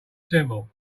simple